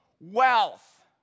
wealth